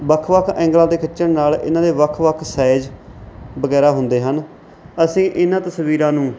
ਵੱਖ ਵੱਖ ਐਂਗਲਾਂ ਤੋਂ ਖਿੱਚਣ ਨਾਲ ਇਨ੍ਹਾਂ ਦੇ ਵੱਖ ਵੱਖ ਸਾਈਜ ਵਗੈਰਾ ਹੁੰਦੇ ਹਨ ਅਸੀਂ ਇਨ੍ਹਾਂ ਤਸਵੀਰਾਂ ਨੂੰ